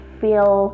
feel